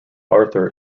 arthur